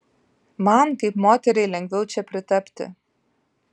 man kaip moteriai lengviau čia pritapti